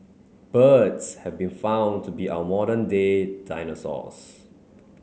birds have been found to be our modern day dinosaurs